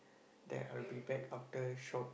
that I'll be back after shop